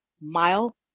mile